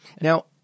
Now